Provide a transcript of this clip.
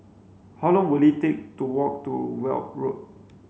how long will it take to walk to Weld Road